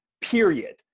period